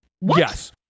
Yes